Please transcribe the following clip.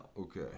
Okay